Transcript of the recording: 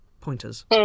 pointers